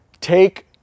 Take